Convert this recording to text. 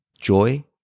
Joy